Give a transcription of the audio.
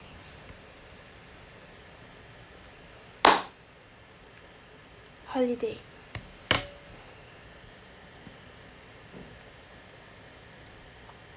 holiday